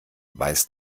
weiß